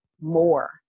more